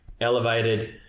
elevated